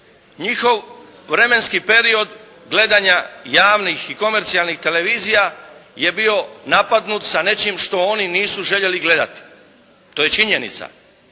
Njihov vremenski period gledanja javnih i komercijalnih televizija je bio napadnut sa nečim što oni nisu željeli gledati. To je činjenica.